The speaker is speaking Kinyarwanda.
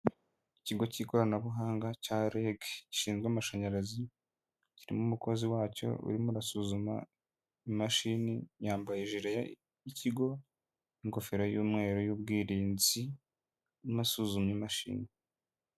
Ikigo cy'ikoranabuhanga cya REG. Gishinzwe amashanyarazi, kirimo umukozi wacyo urimo urasuzuma imashini, yambaye ijire y' ikigo, ingofero y'umweru y'ubwirinzi, arimo asuzuma imashini.